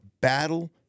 battle